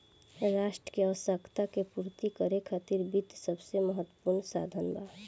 राष्ट्र के आवश्यकता के पूर्ति करे खातिर वित्त सबसे महत्वपूर्ण साधन बा